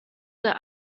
der